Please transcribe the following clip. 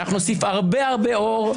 אנחנו נוסיף הרבה-הרבה אור,